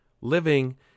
living